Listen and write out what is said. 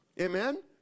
Amen